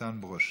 איתן ברושי.